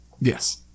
Yes